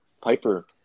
Piper